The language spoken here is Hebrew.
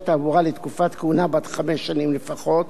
תעבורה לתקופת כהונה בת חמש שנים לפחות,